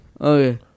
Okay